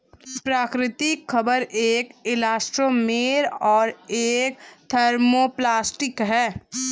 प्राकृतिक रबर एक इलास्टोमेर और एक थर्मोप्लास्टिक है